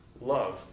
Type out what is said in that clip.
love